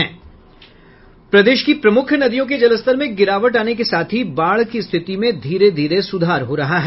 प्रदेश की प्रमुख नदियों के जलस्तर में गिरावट आने के साथ ही बाढ़ की स्थिति में धीरे धीरे सुधार हो रहा है